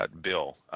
bill